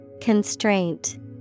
Constraint